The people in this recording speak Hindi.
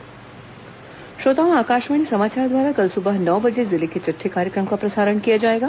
जिले की चिट्ठी श्रोताओं आकाशवाणी समाचार द्वारा कल सुबह नौ बजे जिले की चिट्ठी कार्यक्रम का प्रसारण किया जाएगा